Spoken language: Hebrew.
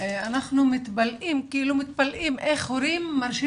אנחנו כאילו מתפלאים איך הורים מרשים